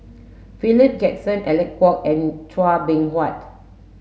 Philip Jackson Alec Kuok and Chua Beng Huat